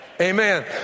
Amen